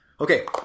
Okay